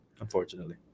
Unfortunately